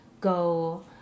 go